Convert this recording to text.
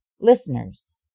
Listeners